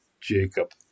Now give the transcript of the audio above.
Jacob